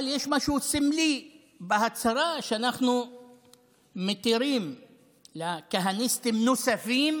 אבל יש משהו סמלי בהצהרה שאנחנו מתירים לכהניסטים נוספים